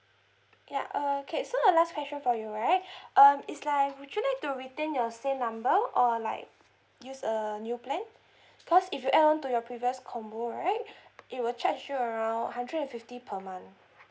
ya uh okay so a last question for you right um is like would you like to retain your same number or like use a new plan cause if you add on to your previous combo right it will charge you around hundred and fifty per month